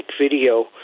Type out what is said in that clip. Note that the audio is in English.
video